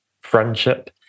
friendship